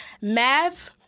math